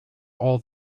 all